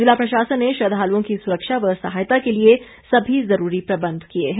ज़िला प्रशासन ने श्रद्वालुओं की सुरक्षा च सहायता के लिए सभी जरूरी प्रबंध किए हैं